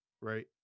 Right